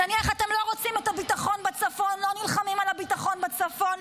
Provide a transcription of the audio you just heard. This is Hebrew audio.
נניח שאתם לא רוצים את הביטחון בצפון ולא נלחמים על הביטחון בצפון,